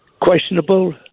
questionable